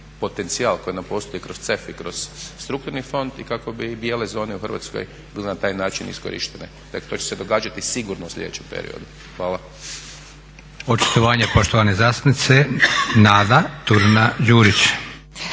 potencijal koji nam postoji kroz CEF i kroz strukturni fond i kako bi bijele zone u Hrvatskoj bile na taj način iskorištene. Dakle, to će se događati sigurno u sljedećem periodu. Hvala. **Leko, Josip (SDP)** Očitovanje poštovane zastupnice Nada Turina Đurić.